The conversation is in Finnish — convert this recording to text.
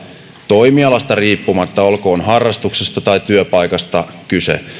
toimialasta riippumatta oli sitten kyse harrastuksesta tai työpaikasta